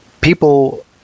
people